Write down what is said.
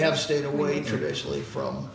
have stayed away traditionally from